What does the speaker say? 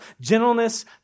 gentleness